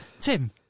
Tim